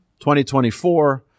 2024